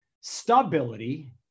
stability